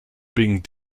being